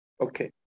okay